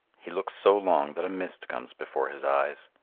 he looks so long that a mist comes before his eyes.